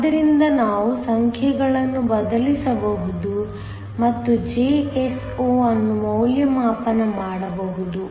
ಆದ್ದರಿಂದ ನಾವು ಸಂಖ್ಯೆಗಳನ್ನು ಬದಲಿಸಬಹುದು ಮತ್ತು Jso ಅನ್ನು ಮೌಲ್ಯಮಾಪನ ಮಾಡಬಹುದು